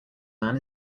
man